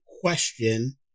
question